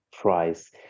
price